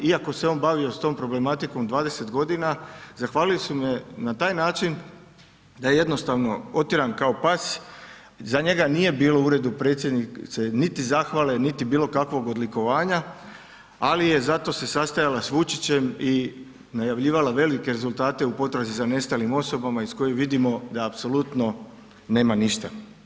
Iako se on bavio s tom problematikom 20 g. zahvalili su mu na taj način, da je jednostavno otjeran kao pas i za njega nije bilo u Uredu predsjednice niti zahvale niti bilokakvog odlikovanja, ali je zato se sastajala s Vučićem i najavljivala velike rezultate u potrazi za nestalim osobama iz koje vidimo, da apsolutno nema ništa.